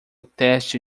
teste